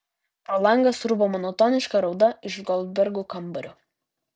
pro langą sruvo monotoniška rauda iš goldbergų kambario